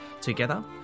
Together